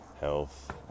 health